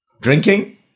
drinking